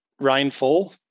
rainfall